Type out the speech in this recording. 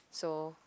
so